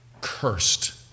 cursed